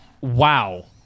wow